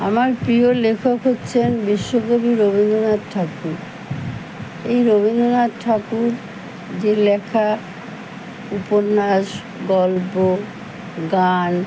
আমার প্রিয় লেখক হচ্ছেন বিশ্বকবি রবীন্দ্রনাথ ঠাকুর এই রবীন্দ্রনাথ ঠাকুর যে লেখা উপন্যাস গল্প গান